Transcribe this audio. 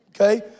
okay